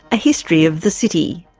a history of the city.